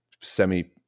semi